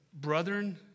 Brethren